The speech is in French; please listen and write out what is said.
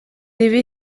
des